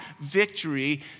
victory